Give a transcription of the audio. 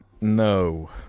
no